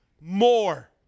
More